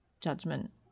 judgment